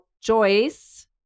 Joyce